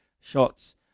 shots